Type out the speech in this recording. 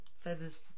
feathers